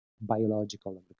biological